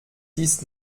dies